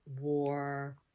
war